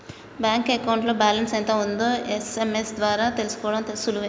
bank అకౌంట్లో balance ఎంత ఉందో ఎస్.ఎం.ఎస్ ద్వారా తెలుసుకోడం సులువే